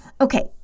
Okay